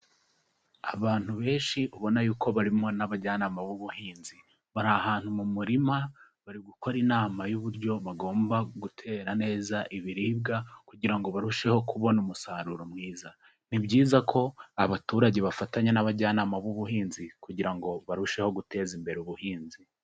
Abantu benshi ubona yuko barimo n'abajyanama b'ubuhinzi, bari ahantu mu murima, bari gukora inama y'uburyo bagomba gutera neza ibiribwa, kugira ngo barusheho kubona umusaruro mwiza, ni byiza ko abaturage bafatanya n'abajyanama b'ubuhinzi kugira ngo barusheho guteza imbere ubuhinzi.